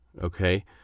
Okay